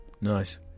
Nice